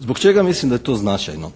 Zbog čega mislim da je to značajno?